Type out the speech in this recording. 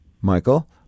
Michael